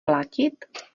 platit